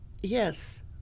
Yes